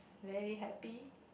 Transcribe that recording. very happy